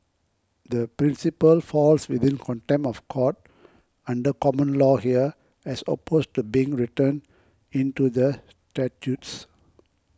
the principle falls within contempt of court under common law here as opposed to being written into the statutes